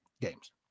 games